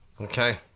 Okay